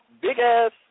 big-ass